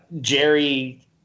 jerry